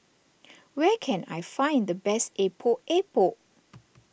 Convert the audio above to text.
where can I find the best Epok Epok